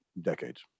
decades